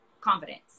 confidence